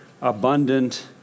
abundant